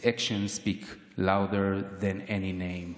/ His actions speak louder than any name.